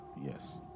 Yes